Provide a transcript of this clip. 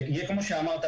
וכמו שאמרת,